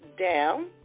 down